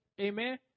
Amen